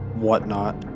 whatnot